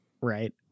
right